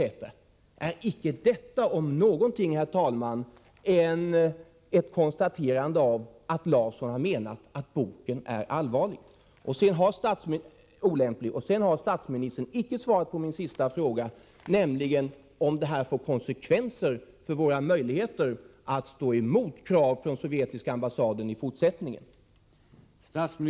Visar icke detta, om någonting, herr talman, att man kan konstatera att Ulf Larsson har menat att boken är olämplig? Statsministern har icke svarat på min sista fråga, nämligen om detta kommer att få konsekvenser för våra möjligheter att stå emot krav från sovjetiska ambassaden i fortsättningen.